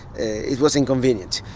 it was inconvenient.